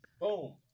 Boom